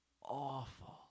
awful